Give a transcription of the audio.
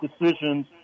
decisions